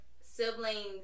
siblings